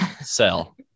sell